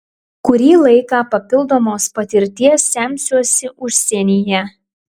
kurį laiką papildomos patirties semsiuosi užsienyje